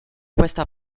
questa